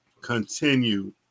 continue